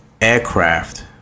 aircraft